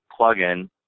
plugin